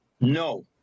No